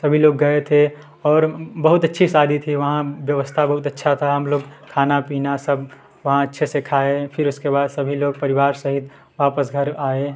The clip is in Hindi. सभी लोग गए थे और बहुत अच्छी शादी थी वहाँ व्यवस्था बहुत अच्छा था हम लोग खाना पीना सब वहाँ अच्छे से खाए फिर उसके बाद सभी लोग परिवार सहित वापस घर आए